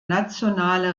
nationale